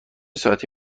ساعتی